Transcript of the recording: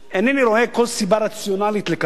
אינני רואה כל סיבה רציונלית לכך